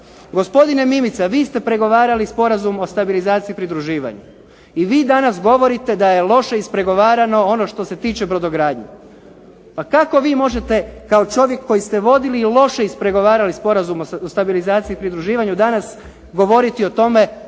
Gospodine Mimica, vi ste pregovarali sporazum o stabilizaciji i pridruživanju, i vi danas govorite da je loše ispregovarano ono što se tiče brodogradnje. Pa kako vi možete kao čovjek koji ste vodili i loše ispregovarali sporazum o stabilizaciji i pridruživanju danas govoriti o tome